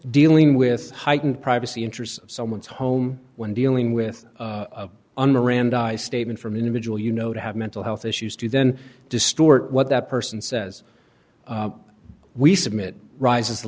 dealing with heightened privacy interests of someone's home when dealing with an random statement from individual you know to have mental health issues to then distort what that person says we submit rises